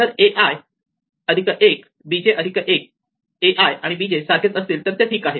जर a i आणि b j सारखेच असतील तर ते ठीक आहे